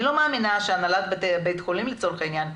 אני לא מאמינה שהנהלת בית החולים לצורך העניין,